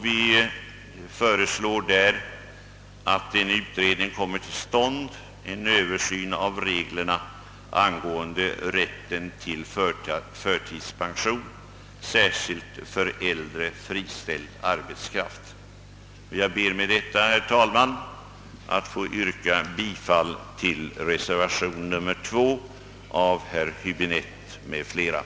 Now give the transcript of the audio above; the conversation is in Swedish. Vi föreslår alltså en utredning av reglerna angående rätten till förtidspension särskilt för äldre, friställd arbetskraft. Jag ber med detta, herr talman, att få yrka bifall till reservationen II.